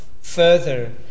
further